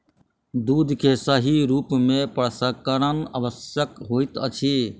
दूध के सही रूप में प्रसंस्करण आवश्यक होइत अछि